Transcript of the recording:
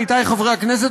עמיתיי חברי הכנסת,